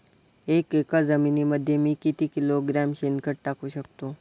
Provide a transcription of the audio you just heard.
एक एकर जमिनीमध्ये मी किती किलोग्रॅम शेणखत टाकू शकतो?